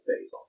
phase